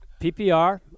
PPR